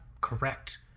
correct